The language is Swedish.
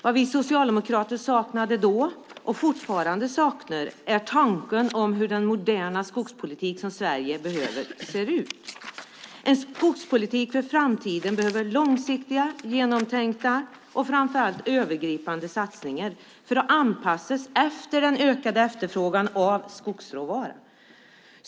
Det vi socialdemokrater saknade då och fortfarande saknar är tanken på hur den moderna skogspolitik som Sverige behöver ser ut. En skogspolitik för framtiden behöver långsiktiga, genomtänkta och framför allt övergripande satsningar för att anpassas efter den ökade efterfrågan på skogsråvara.